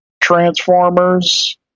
Transformers